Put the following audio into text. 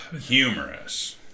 Humorous